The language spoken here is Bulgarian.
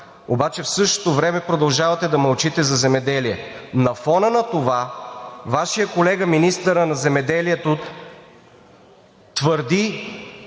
обаче в същото време продължавате да мълчите за земеделието. На фона на това Вашият колега – министърът на земеделието, твърди,